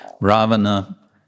Ravana